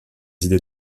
idées